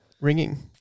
ringing